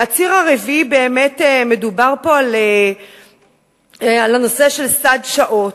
הציר הרביעי, באמת מדובר פה על הנושא של סד שעות.